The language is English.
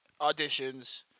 auditions